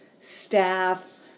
staff